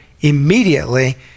immediately